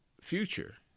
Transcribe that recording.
future